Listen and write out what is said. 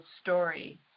story